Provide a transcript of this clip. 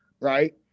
right